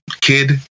kid